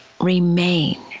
remain